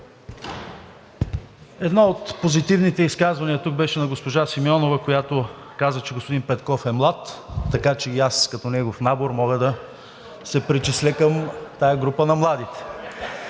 Едно от позитивните изказвания тук беше на госпожа Симеонова, която каза, че господин Петков е млад, така че и аз като негов набор мога да се причисля към групата на младите.